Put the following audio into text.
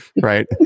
right